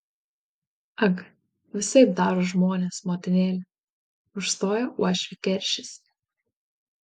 ag visaip daro žmonės motinėle užstojo uošvį keršis